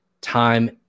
time